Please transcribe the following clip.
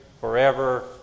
forever